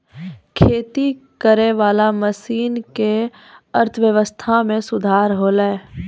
खेती करै वाला मशीन से अर्थव्यबस्था मे सुधार होलै